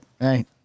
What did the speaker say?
Right